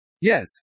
Yes